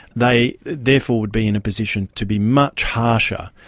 they therefore would be in a position to be much harsher,